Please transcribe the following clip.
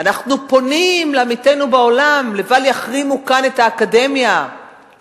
אנחנו פונים לעמיתינו בעולם לבל יחרימו את האקדמיה כאן,